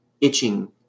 itching